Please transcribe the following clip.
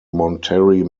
monterrey